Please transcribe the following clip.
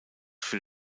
für